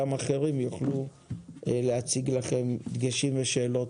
גם אחרים יוכלו להציג לכם דגשים ושאלות.